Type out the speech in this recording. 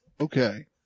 Okay